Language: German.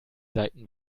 seiten